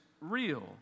real